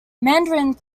mandarin